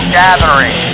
gathering